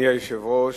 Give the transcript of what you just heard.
אדוני היושב-ראש,